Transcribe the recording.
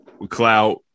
Clout